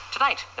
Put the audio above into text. Tonight